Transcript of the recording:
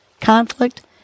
conflict